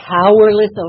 powerless